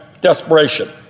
desperation